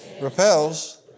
repels